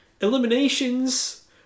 Eliminations